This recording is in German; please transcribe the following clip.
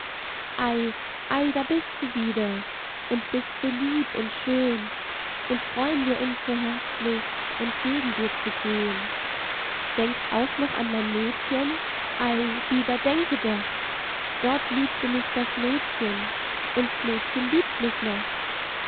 da bist du wieder und bist so lieb und schön und freun wir uns so herzlich entgegen dir zu gehen denkst auch noch an mein mädchen ei lieber denke doch dort liebte mich das mädchen und s mädchen liebt mich noch